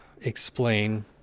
explain